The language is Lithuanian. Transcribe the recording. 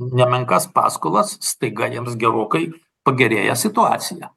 nemenkas paskolas staiga jiems gerokai pagerėja situacija